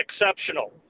exceptional